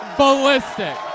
ballistic